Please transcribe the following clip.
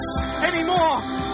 anymore